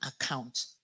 account